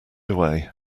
away